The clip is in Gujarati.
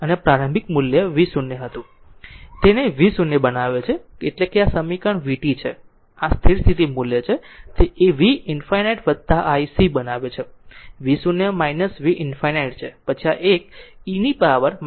અને પ્રારંભિક મૂલ્ય v0 હતું તેને v0 બનાવે છે એટલે કે આ સમીકરણ vt છે આ સ્થિર સ્થિતિ મૂલ્ય છે તે V ∞ ic બનાવે છે v0 V ∞ છે પછી આ એક e પાવર tτ